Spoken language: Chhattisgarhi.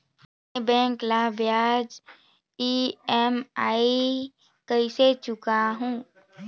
मैं बैंक ला ब्याज ई.एम.आई कइसे चुकाहू?